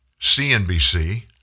CNBC